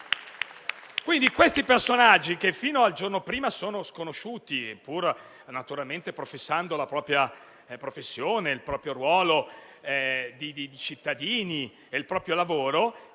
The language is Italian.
Quindi questi personaggi, che fino al giorno prima sono sconosciuti, pur naturalmente esercitando la propria professione, il proprio ruolo di cittadini e il proprio lavoro,